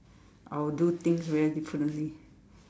I'll do things very differently